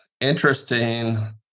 interesting